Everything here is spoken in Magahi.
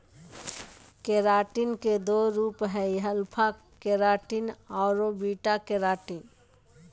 केराटिन के दो रूप हइ, अल्फा केराटिन आरो बीटा केराटिन